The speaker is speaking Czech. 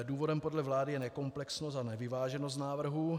Důvodem podle vlády je nekomplexnost a nevyváženost návrhu.